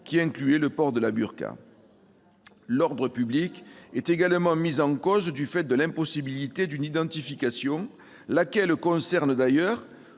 incluait le port de la burqa. L'ordre public est également mis en cause du fait de l'impossibilité d'une identification, qui concerne d'ailleurs